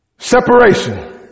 Separation